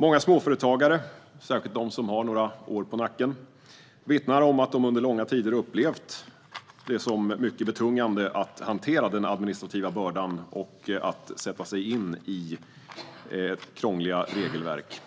Många småföretagare, särskilt de som har några år på nacken, vittnar om att de under långa tider upplevt det som mycket betungande att hantera den administrativa bördan och att sätta sig in i krångliga regelverk.